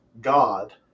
God